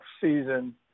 season